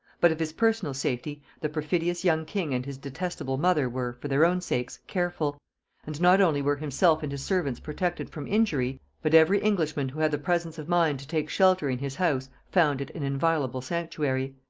but of his personal safety the perfidious young king and his detestable mother were, for their own sakes, careful and not only were himself and his servants protected from injury, but every englishman who had the presence of mind to take shelter in his house found it an inviolable sanctuary.